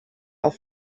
auf